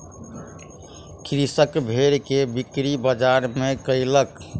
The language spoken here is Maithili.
कृषक भेड़ के बिक्री बजार में कयलक